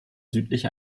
südlich